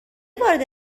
وارد